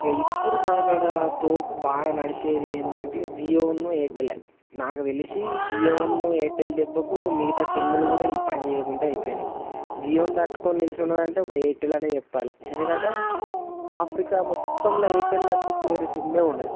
ఇంక ఇప్పుడు మా కాడ తోపు బాగా నడిచేది ఏంటంటే ఇంక జియోను ఎయిర్టెలే నాకు తెలిసి జియోను ఎయిర్టెల్ దెబ్బకు మిగతా సిమ్ములు కూడా ఏవి పనిచేయకుండా అయిపోయినయి జియోని తట్టుకుని నిలుంచున్నదంటే ఒక ఎయిర్టెలే అనే చెప్పాలి ఎందుకంటే ఆఫ్రికా మొత్తంలో ఎయిర్టెల్ తప్పించి వేరే సిమ్మే ఉండదు